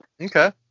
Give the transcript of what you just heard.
Okay